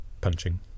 punching